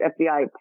FBI